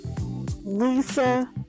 Lisa